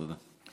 תודה.